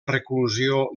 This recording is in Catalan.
reclusió